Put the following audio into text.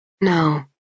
no